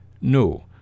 no